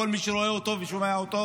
כל מי שרואה אותו ושומע אותו,